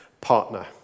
partner